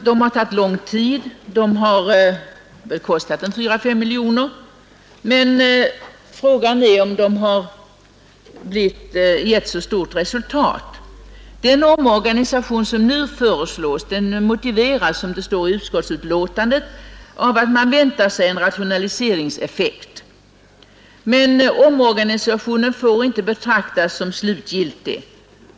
De har tagit lång tid, och de har kostat 4—5 miljoner kronor, men frågan är, om de har gett särskilt stort resultat. Den omorganisation, som nu föreslås, motiveras, som det står i utskottsbetänkandet, av att man väntar sig en rationaliseringseffekt, men omorganisationen får inte betraktas som slutgiltig.